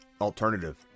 alternative